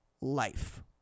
life